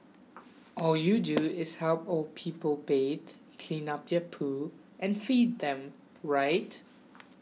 all you do is help old people bathe clean up their poo and feed them right